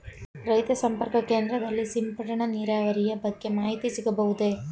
ರೈತ ಸಂಪರ್ಕ ಕೇಂದ್ರದಲ್ಲಿ ಸಿಂಪಡಣಾ ನೀರಾವರಿಯ ಬಗ್ಗೆ ಮಾಹಿತಿ ಸಿಗಬಹುದೇ?